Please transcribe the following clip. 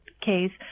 case